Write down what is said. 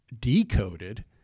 decoded